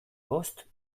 bost